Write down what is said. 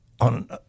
on